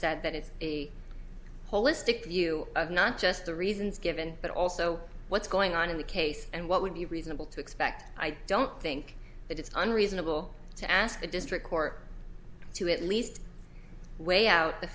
said that it's a holistic view of not just the reasons given but also what's going on in the case and what would be reasonable to expect i don't think that it's unreasonable to ask the district court to at least weigh out the